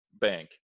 Bank